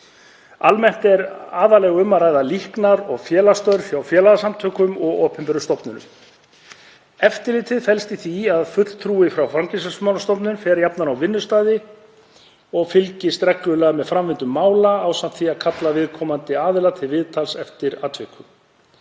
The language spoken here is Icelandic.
Almennt er aðallega um að ræða líknar- og félagsstörf hjá félagasamtökum og opinberum stofnunum. Eftirlitið felst í því að fulltrúi frá Fangelsismálastofnun fer jafnan á vinnustaðinn og fylgist reglulega með framvindu mála ásamt því að kalla viðkomandi aðila til viðtals eftir atvikum.